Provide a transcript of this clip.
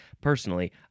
Personally